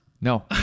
No